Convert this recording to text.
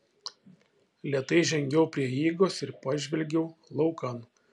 lėtai žengiau prie įeigos ir pažvelgiau laukan